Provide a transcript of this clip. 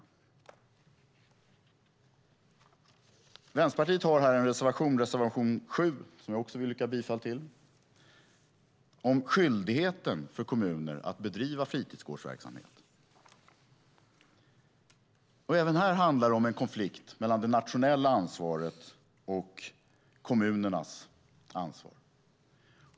Vänsterpartiet har här en reservation, nr 7, som jag också vill yrka bifall till, om skyldigheten för kommuner att bedriva fritidsgårdsverksamhet. Även här handlar det om en konflikt mellan det nationella ansvaret och kommunernas ansvar.